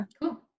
Cool